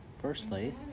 Firstly